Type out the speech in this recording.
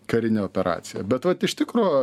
karinę operaciją bet vat iš tikro